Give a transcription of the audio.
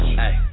hey